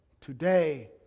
today